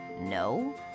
No